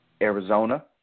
Arizona